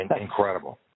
Incredible